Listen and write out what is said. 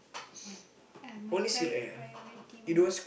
one uh my pri~ priority one